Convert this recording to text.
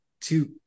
two